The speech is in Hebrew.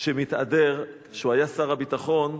מתהדר שכשהוא היה שר הביטחון,